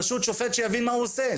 פשוט שופט שיבין מה הוא עושה,